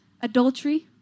adultery